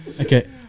Okay